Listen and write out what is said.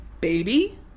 baby